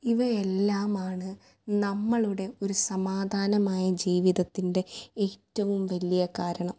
ഇവയെല്ലാമാണ് നമ്മളുടെ ഒരു സമാധാനമായ ജീവിതത്തിൻ്റെ ഏറ്റവും വലിയ കാരണം